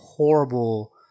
horrible